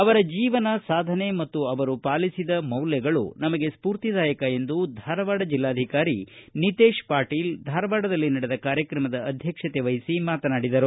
ಅವರ ಜೀವನ ಸಾಧನೆ ಮತ್ತು ಅವರು ಪಾಲಿಸಿದ ಜೀವನ ಮೌಲ್ವಗಳು ನಮಗೆ ಸ್ಫೂರ್ತಿದಾಯಕ ಎಂದು ಧಾರವಾಡ ಜಿಲ್ಲಾಧಿಕಾರಿ ನಿತೇಶ ಪಾಟೀಲ ಧಾರವಾಡದಲ್ಲಿ ನಡೆದ ಕಾರ್ಯಕ್ರಮದ ಅಧ್ಯಕ್ಷತೆವಹಿಸಿ ಮಾತನಾಡಿದರು